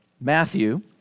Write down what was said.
Matthew